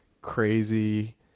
crazy-